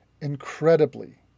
incredibly